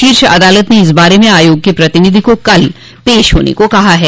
शीर्ष अदालत ने इस बारे में आयोग के प्रतिनिधि को कल पेश होने को कहा है